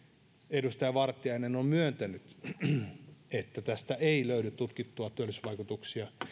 edustaja vartiainen on myöntänyt että tästä ei löydy tutkittuja työllisyysvaikutuksia